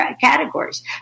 categories